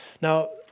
Now